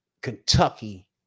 Kentucky